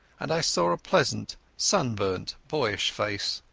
and i saw a pleasant sunburnt boyish face.